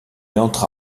entra